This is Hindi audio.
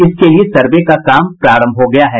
इसके लिए सर्वे का काम प्रारंभ हो गया है